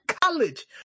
college